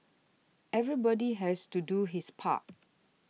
everybody has to do his part